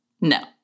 No